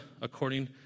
according